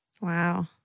Wow